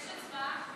יש הצבעה?